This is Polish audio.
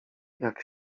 jak